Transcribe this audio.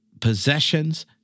possessions